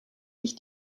ich